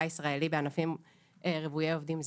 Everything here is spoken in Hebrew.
ישראלי בענפים רוויי עובדים זרים.